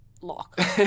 lock